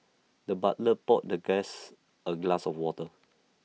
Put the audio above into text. the butler poured the guest A glass of water